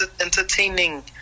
entertaining